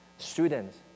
students